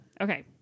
Okay